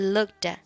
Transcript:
Looked